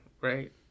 Right